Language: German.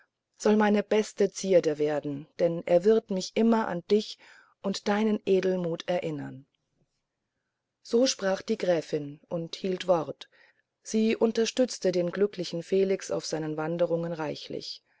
soll meine beste zierde werden denn er wird mich immer an dich und deinen edelmut erinnern so sprach die gräfin und hielt wort sie unterstützte den glücklichen felix auf seinen wanderungen reichlich